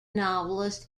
novelist